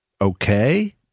okay